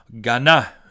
Ghana